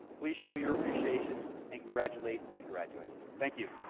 please show your appreciation and congratulate these graduates, thank you.